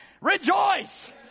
Rejoice